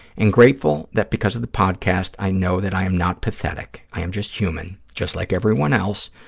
and grateful that because of the podcast i know that i am not pathetic. i am just human, just like everyone else,